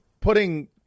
putting